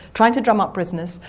trying to drum up business,